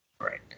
Right